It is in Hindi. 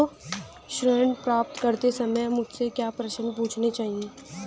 ऋण प्राप्त करते समय मुझे क्या प्रश्न पूछने चाहिए?